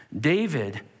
David